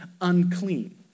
unclean